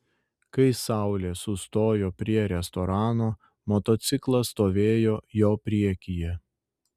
kai saulė sustojo prie restorano motociklas stovėjo jo priekyje